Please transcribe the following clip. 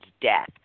death